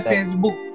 Facebook